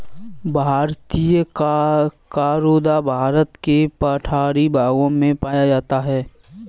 भारतीय करोंदा भारत के पठारी भागों में पाया जाता है